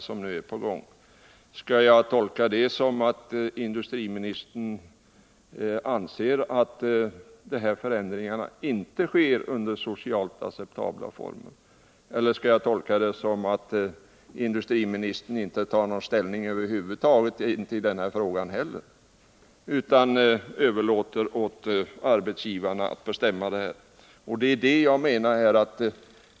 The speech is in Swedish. Skall jag tolka detta besked så att industriministern anser att förändringarna inte sker under socialt acceptabla former, eller skall jag tolka det så att industriministern över huvud taget inte tar ställning i denna fråga utan överlåter åt arbetsgivarna att bestämma?